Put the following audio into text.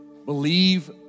Believe